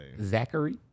zachary